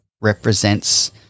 represents